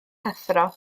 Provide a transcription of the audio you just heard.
athro